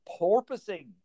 porpoising